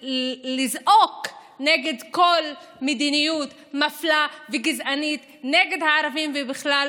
לזעוק נגד כל מדיניות מפלה וגזענית נגד הערבים בכלל,